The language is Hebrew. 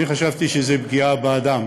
אני חשבתי שזו פגיעה באדם,